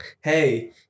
hey